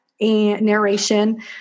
narration